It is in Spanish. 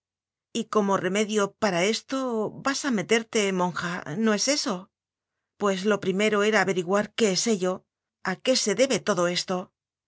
importa y como remedio para esto vas a meterte monja no es eso pues lo primero era averi guar qué es ello a qué se debe todo esto